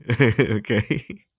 Okay